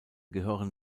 gehören